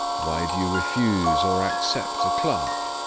why do you refuse or accept a clerk?